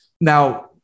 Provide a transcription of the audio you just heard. Now